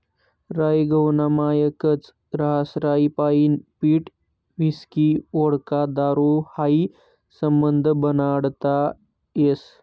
राई गहूना मायेकच रहास राईपाईन पीठ व्हिस्की व्होडका दारू हायी समधं बनाडता येस